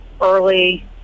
early